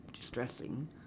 distressing